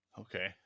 Okay